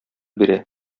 бирә